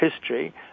history